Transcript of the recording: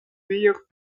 meilleurs